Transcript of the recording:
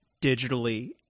digitally